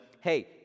hey